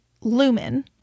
lumen